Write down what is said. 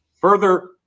further